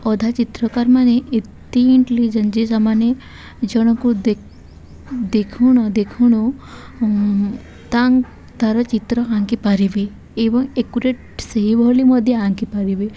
ଅଧା ଚିତ୍ରକାର ମାନ ଏତେ ଇଣ୍ଟିଲିଜେଣ୍ଟ ଯେ ଯେମାନେ ଜଣଙ୍କୁ ଦେ ଦେଖୁଣ ଦେଖୁଣୁ ତା ତା'ର ଚିତ୍ର ଆଙ୍କିପାରିବେ ଏବଂ ଆକୁରେଟ୍ ସେହିଭଳି ମଧ୍ୟ ଆଙ୍କି ପାରିବେ